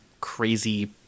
crazy